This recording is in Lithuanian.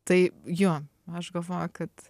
tai jo aš galvoju kad